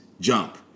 jump